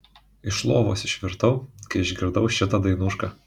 iš lovos išvirtau kai išgirdau šitą dainušką